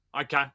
Okay